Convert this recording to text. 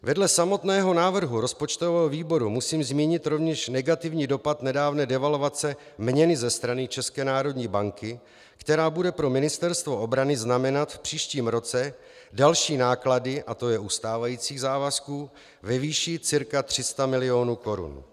Vedle samotného návrhu rozpočtového výboru musím zmínit rovněž negativní dopad nedávné devalvace měny ze strany České národní banky, která bude pro Ministerstvo obrany znamenat v příštím roce další náklady, a to je u stávajících závazků, ve výši cca 300 mil. korun.